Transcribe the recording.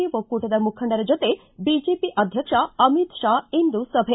A ಒಕ್ಕೂಟದ ಮುಖಂಡರ ಜೊತೆ ಬಿಜೆಪಿ ಅಧ್ಯಕ್ಷ ಅಮಿತ್ ಶಾ ಇಂದು ಸಭೆ